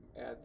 add